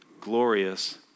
glorious